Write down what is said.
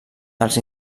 els